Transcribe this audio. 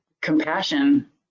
compassion